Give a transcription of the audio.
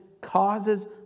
causes